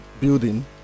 building